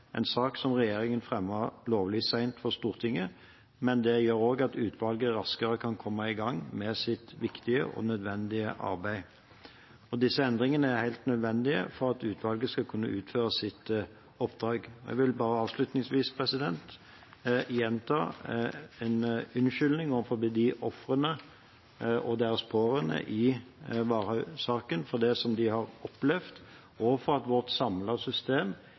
en sak som regjeringen fremmet lovlig sent for Stortinget. Men det gjør også at utvalget raskere kan komme i gang med sitt viktige og nødvendige arbeid. Disse endringene er helt nødvendige for at utvalget skal kunne utføre sitt oppdrag. Jeg vil bare avslutningsvis gjenta min unnskyldning overfor ofrene og deres pårørende i Varhaug-saken for det de har opplevd, og for at vårt samlede system